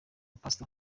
pastor